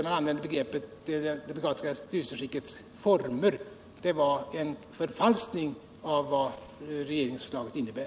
Man använde begreppet det demokratiska styrelseskickets former. Det var en förfalskning av vad regeringsförslaget innebär.